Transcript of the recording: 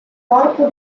corpo